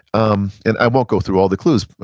um and i won't go through all the clues,